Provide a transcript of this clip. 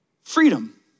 freedom